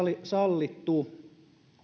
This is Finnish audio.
sallittu